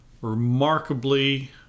remarkably